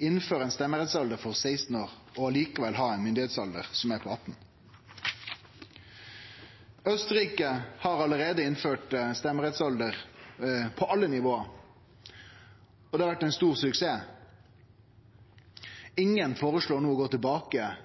innføre ein stemmerettsalder på 16 år og likevel ha ein myndigheitsalder på 18 år. Austerrike har allereie innført 16 års stemmerettsalder på alle nivå. Det har vore ein stor suksess. Ingen føreslår no å gå tilbake